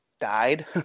died